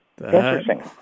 Interesting